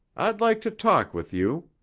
i'd like to talk with you.